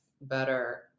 better